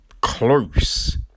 close